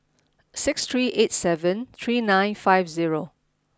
six three eight seven three nine five zero